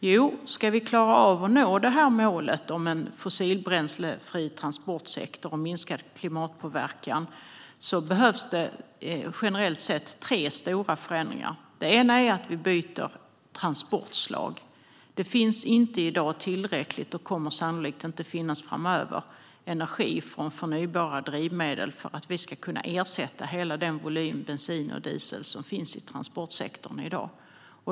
Jo, ska vi klara av att nå målet om en fossilbränslefri transportsektor och minskad klimatpåverkan behövs generellt sett tre stora förändringar. Det första är att vi byter transportslag. Det finns i dag inte tillräckligt och kommer sannolikt inte att finnas framöver energi från förnybara drivmedel för att vi ska kunna ersätta hela den volym bensin och diesel som finns i transportsektorn i dag.